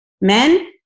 Men